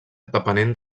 depenent